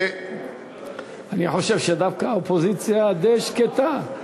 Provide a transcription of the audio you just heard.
אני חושב שדווקא האופוזיציה די שקטה,